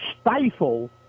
stifle